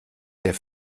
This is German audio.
der